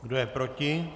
Kdo je proti?